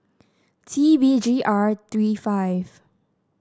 T B G R three five